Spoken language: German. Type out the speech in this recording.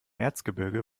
erzgebirge